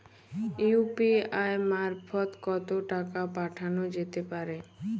UPI মারফত কত টাকা পাঠানো যেতে পারে?